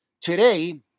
Today